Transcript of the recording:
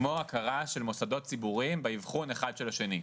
כמו הכרה של מוסדות ציבוריים באבחון אחד של השני,